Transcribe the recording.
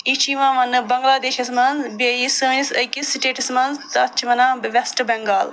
یہِ چھُ یِوان ونٛنہٕ بنٛگلادیشَس منٛز بیٚیہِ سٲنِس أکِس سِٹیٹس منٛز تَتھ چھِ وَنان وٮ۪سٹ بنٛگال